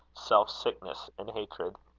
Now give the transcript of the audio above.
self-sickness, and hatred.